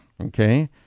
Okay